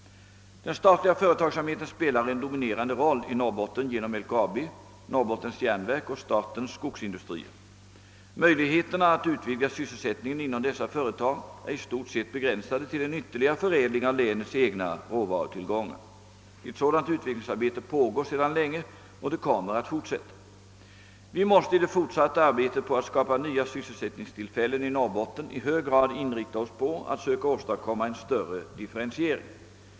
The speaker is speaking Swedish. Den statliga företagsamheten spelar en dominerande roll i Norrbotten genom LKAB, Norrbottens järnverk och Statens skogsindustrier. Möjligheterna att utvidga sysselsättningen inom dessa företag är i stort sett begränsade till en ytterligare förädling av länets egna råvarutillgångar. Ett sådant utvecklingsarbete pågår sedan länge och det kommer att fortsätta. Vi måste i det fortsatta arbetet på att skapa nya sysselsättningstillfällen i Norrbotten i hög grad inrikta oss på att söka åstadkomma en större differentiering.